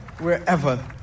Wherever